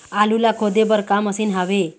आलू ला खोदे बर का मशीन हावे?